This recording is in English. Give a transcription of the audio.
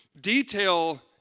detail